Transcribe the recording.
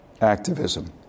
activism